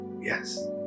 Yes